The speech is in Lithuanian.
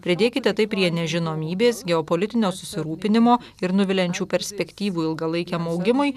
pridėkite tai prie nežinomybės geopolitinio susirūpinimo ir nuviliančių perspektyvų ilgalaikiam augimui